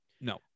No